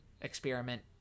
experiment